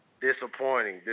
Disappointing